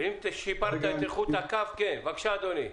אם שיפרת את איכות הקו כן, בבקשה, אדוני.